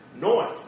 North